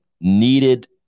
needed